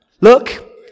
Look